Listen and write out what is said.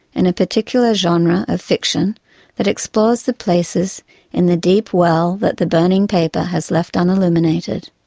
in a particular genre of fiction that explores the places in the deep well that the burning paper has left unilluminated,